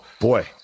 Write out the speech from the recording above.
boy